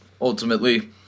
ultimately